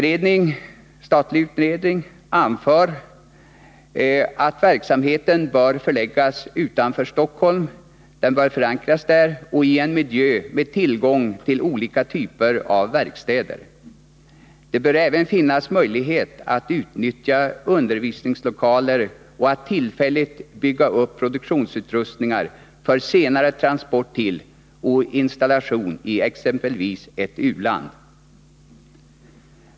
En statlig utredning anför att verksamheten bör förläggas utanför Stockholm — den bör förankras där i en miljö med tillgång till olika typer av verkstäder. Det bör även finnas möjlighet att utnyttja undervisningslokaler och att tillfälligt bygga upp produktionsutrustningar för senare transport till och installation i exempelvis ett u-land.